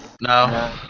No